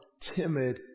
timid